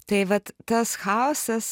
tai vat tas chaosas